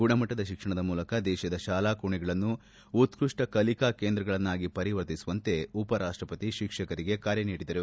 ಗುಣಮಟ್ಟದ ಶಿಕ್ಷಣದ ಮೂಲಕ ದೇಶದ ಶಾಲಾ ಕೋಣೆಗಳನ್ನು ಉತ್ಕಷ್ಟ ಕಲಿಕಾ ಕೇಂದ್ರಗಳನ್ನಾಗಿ ಪರಿವರ್ತಿಸುವಂತೆ ಉಪರಾಷ್ಟಪತಿ ಶಿಕ್ಷಕರಿಗೆ ಕರೆ ನೀಡಿದರು